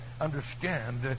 understand